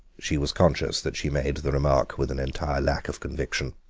she was conscious that she made the remark with an entire lack of conviction.